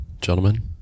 gentlemen